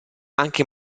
anche